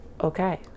Okay